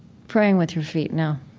praying with your feet now?